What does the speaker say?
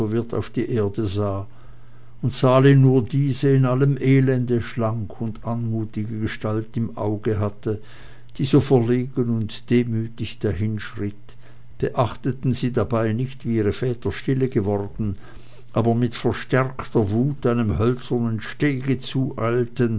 verwirrt auf die erde sah und sali nur diese in allem elende schlanke und anmutige gestalt im auge hatte die so verlegen und demütig dahinschritt beachteten sie dabei nicht wie ihre väter still geworden aber mit verstärkter wut einem hölzernen stege zueilten